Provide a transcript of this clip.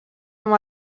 amb